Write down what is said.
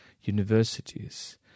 universities